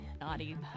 Naughty